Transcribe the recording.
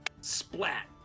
splat